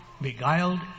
beguiled